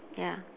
ya